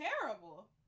terrible